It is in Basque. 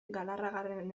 galarragaren